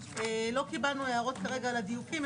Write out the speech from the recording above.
לא קיבלנו הערות כרגע על הדיוקים.